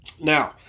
Now